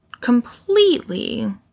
completely